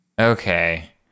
Okay